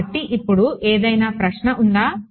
కాబట్టి ఇప్పుడు ఏదైనా ప్రశ్న ఉందా